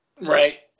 Right